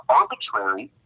arbitrary